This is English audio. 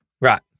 Right